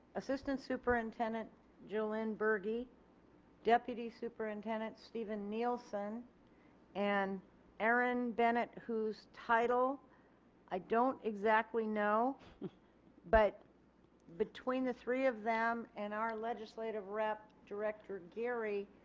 assistant superintendent jolynn berge, deputy superintendent stephen nielsen and erin bennett whose title i don't exactly know but between the three of them and our legislative rep director geary